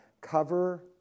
cover